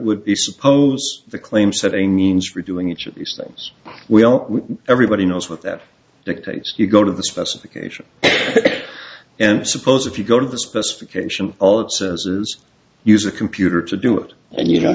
suppose the claim setting means redoing each of these things we are everybody knows what that dictates you go to the specification and suppose if you go to the specification use a computer to do it and you know